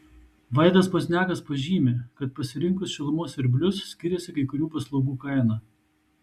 vaidas pozniakas pažymi kad pasirinkus šilumos siurblius skiriasi kai kurių paslaugų kaina